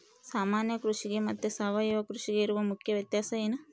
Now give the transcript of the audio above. ಸಾಮಾನ್ಯ ಕೃಷಿಗೆ ಮತ್ತೆ ಸಾವಯವ ಕೃಷಿಗೆ ಇರುವ ಮುಖ್ಯ ವ್ಯತ್ಯಾಸ ಏನು?